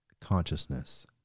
consciousness